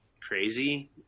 crazy